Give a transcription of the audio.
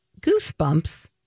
Goosebumps